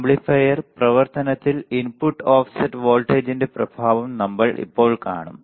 amplifier പ്രവർത്തനത്തിൽ input offset വോൾട്ടേജിന്റെ പ്രഭാവം നമ്മൾ ഇപ്പോൾ കാണും